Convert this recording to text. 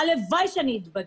הלוואי שאני אתבדה.